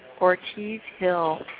Ortiz-Hill